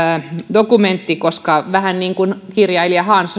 dokumentti koska vähän niin kuin edesmennyt kirjailija hans